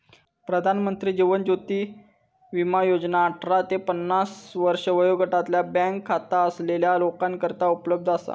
प्रधानमंत्री जीवन ज्योती विमा योजना अठरा ते पन्नास वर्षे वयोगटातल्या बँक खाता असलेल्या लोकांकरता उपलब्ध असा